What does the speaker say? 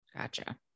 Gotcha